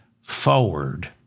forward